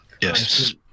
Yes